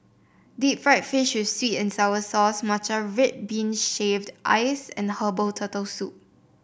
Deep Fried Fish with sweet and sour sauce Matcha Red Bean Shaved Ice and Herbal Turtle Soup